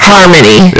Harmony